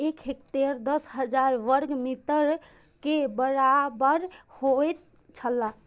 एक हेक्टेयर दस हजार वर्ग मीटर के बराबर होयत छला